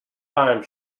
time